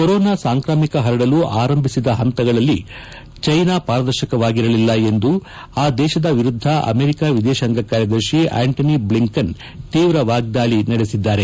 corona ಸಾಂಕ್ರಾಮಿಕ ಪರಡಲು ಆರಂಭಿಸಿದ ಪಂತಗಳಲ್ಲಿ ಜೈನಾ ಪಾರದರ್ಶಕವಾಗಿರಲಿಲ್ಲ ಎಂದು ಆ ದೇಶದ ವಿರುದ್ಧ ಅಮೆರಿಕ ವಿದೇಶಾಂಗ ಕಾರ್ಯದರ್ಶಿ ಅಂಟನಿ ಬ್ಲಿಂಕನ್ ತೀವ್ರ ವಾಗ್ದಾಳಿ ನಡೆಸಿದ್ದಾರೆ